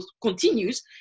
continues